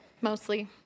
mostly